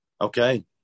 Okay